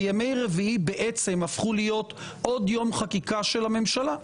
וימי רביעי בעצם הפכו להיות עוד יום חקיקה של הממשלה,